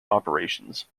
operations